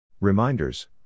Reminders